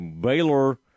Baylor